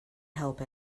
help